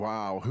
Wow